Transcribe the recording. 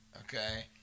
okay